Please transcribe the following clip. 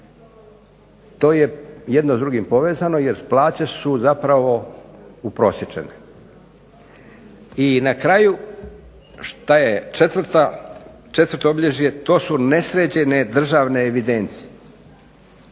To je jedno s drugim povezano, jer plaće su zapravo uprosječene. I na kraju šta je četvrta, četvrto obilježje, to su nesređene državne evidencije.